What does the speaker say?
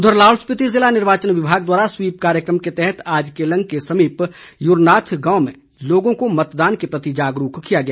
उधर लाहौल स्पिति जिला निर्वाचन विभाग द्वारा स्वीप कार्यक्रम के तहत आज केलंग के समीप युरनाथ गांव में लोगों को मतदान के प्रति जागरूक किया गया